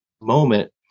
moment